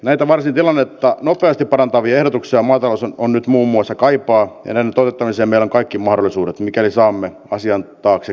näitä varsin nopeasti tilannetta parantavia ehdotuksia maatalous nyt muun muassa kaipaa ja näiden toteuttamiseen meillä on kaikki mahdollisuudet mikäli saamme asian taakse koko tämän salin